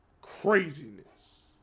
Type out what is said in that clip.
craziness